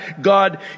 God